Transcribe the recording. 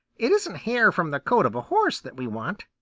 it isn't hair from the coat of a horse that we want,